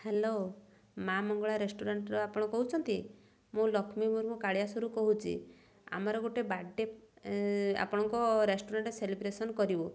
hello Maa Mangala ରେଷ୍ଟୁରାଣ୍ଟରୁ ଆପଣ କହୁଛନ୍ତି ମୁଁ ଲକ୍ଷ୍ମୀ ମୁର୍ମୁ କାଳିଆସରୁ କହୁଛି ଆମର ଗୋଟେ ବାର୍ଥ ଡ଼େ ଆପଣଙ୍କ ରେଷ୍ଟୁରାଣ୍ଟରେ ସେଲିବ୍ରେସନ୍ କରିବୁ